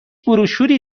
بروشوری